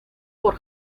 por